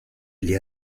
gli